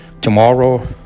tomorrow